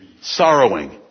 sorrowing